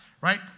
right